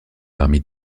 parmi